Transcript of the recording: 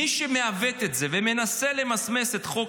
מי שמעוות את זה ומנסה למסמס את חוק